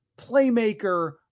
playmaker